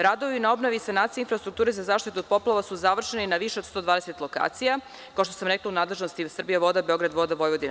Radovi na obnovi i sanaciji infrastrukture za zaštitu od poplave su završeni na više od 120 lokacija, kao što sam rekla u nadležnosti „Srbijavode“, „Beogradvode“ i „Vode Vojvodine“